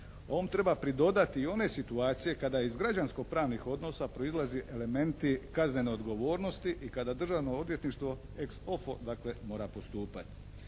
Ovom treba pridodati i one situacije kada iz građanskopravnih odnosa proizlaze elementi kaznene odgovornosti i kada državno odvjetništvo ex offo dakle mora postupati.